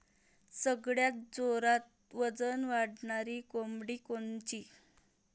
सगळ्यात जोरात वजन वाढणारी कोंबडी कोनची?